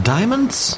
Diamonds